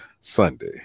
sunday